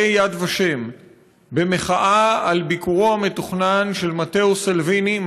יד ושם במחאה על ביקורו המתוכנן של מתאו סלביני,